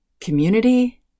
community